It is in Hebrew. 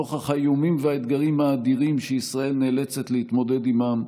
נוכח האיומים והאתגרים האדירים שישראל נאלצת להתמודד עימם,